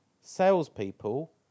Salespeople